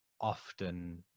often